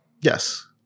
yes